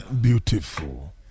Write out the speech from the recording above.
Beautiful